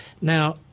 Now